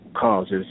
causes